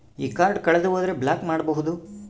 ಈ ಕಾರ್ಡ್ ಕಳೆದು ಹೋದರೆ ಬ್ಲಾಕ್ ಮಾಡಬಹುದು?